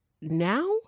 now